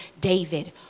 david